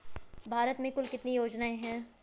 भारत में कुल कितनी योजनाएं हैं?